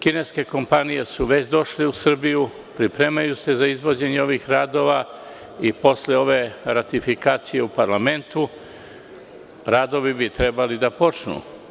Kineske kompanije su već došle u Srbiju, pripremaju se za izvođenje ovih radova i posle ove ratifikacije u parlamentu radovi bi trebali da počnu.